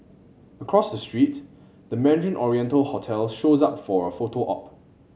across the street the Mandarin Oriental hotel shows up for a photo op